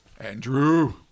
Andrew